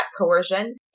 coercion